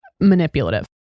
manipulative